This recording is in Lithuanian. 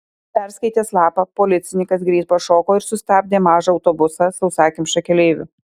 perskaitęs lapą policininkas greit pašoko ir sustabdė mažą autobusą sausakimšą keleivių